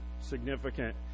significant